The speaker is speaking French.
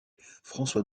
françois